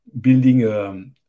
building